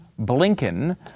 Blinken